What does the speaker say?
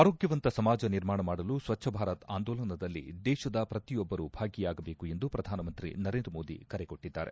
ಆರೋಗ್ಯವಂತ ಸಮಾಜ ನಿರ್ಮಾಣ ಮಾಡಲು ಸ್ವಚ್ನ ಭಾರತ್ ಆಂದೋಲನದಲ್ಲಿ ದೇಶದ ಪ್ರತಿಯೊಬ್ಬರು ಭಾಗಿಯಾಗಬೇಕು ಎಂದು ಪ್ರಧಾನಮಂತ್ರಿ ನರೇಂದ್ರ ಮೋದಿ ಕರೆಕೊಟ್ಟಿದ್ದಾರೆ